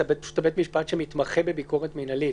זה פשוט בית המשפט שמתמחה בביקורת מינהלית.